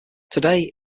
today